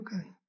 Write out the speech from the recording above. okay